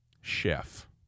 chef